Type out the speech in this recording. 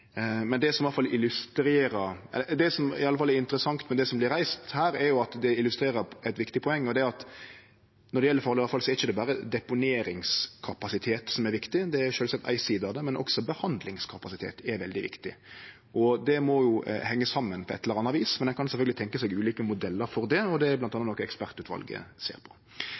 er interessant med det som vert reist her, er at det illustrerer eit viktig poeng. Det er at når det gjeld farleg avfall, er det ikkje berre deponeringskapasitet som er viktig – det er sjølvsagt ei side av det – men også behandlingskapasitet er veldig viktig. Det må jo henge saman på eit eller anna vis, men ein kan sjølvsagt tenkje seg ulike modellar for det, og det er bl.a. noko ekspertutvalet ser på.